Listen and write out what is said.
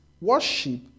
worship